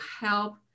help